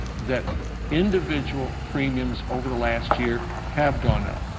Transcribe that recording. that individual premiums over the last year have gone up.